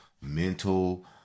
mental